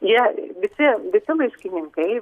jie visi visi laiškininkai